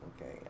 okay